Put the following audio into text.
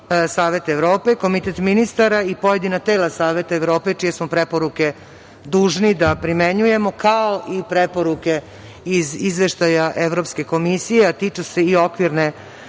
Savet Evrope, Komitet ministara i pojedina tela Saveta Evrope čije smo preporuke dužni da primenjujemo, kao i preporuke iz Izveštaja Evropske komisije, a tiču se i Okvirne